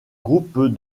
groupe